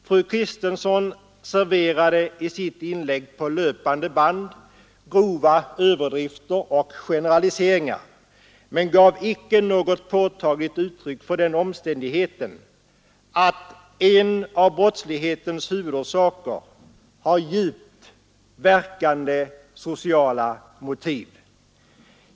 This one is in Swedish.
Fru Kristensson serverade i sitt inlägg grova överdrifter och generaliseringar på löpande band men gav inte påtagligt uttryck för någon insikt om att några av brottslighetens huvudorsaker är av djupt verkande, social natur.